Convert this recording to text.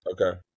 Okay